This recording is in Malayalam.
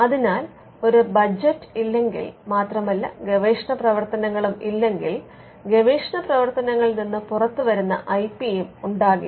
അതിനാൽ ഒരു ബജറ്റ് ഇല്ലെങ്കിൽ മാത്രമല്ല ഗവേഷണ പ്രവർത്തനങ്ങളും ഇല്ലെങ്കിൽ ഗവേഷണ പ്രവർത്തനങ്ങളിൽ നിന്ന് പുറത്തുവരുന്ന ഐ പി യും ഉണ്ടാകില്ല